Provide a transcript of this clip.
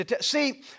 See